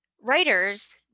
writers